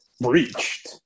breached